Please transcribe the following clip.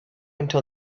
until